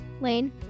Lane